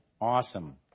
Awesome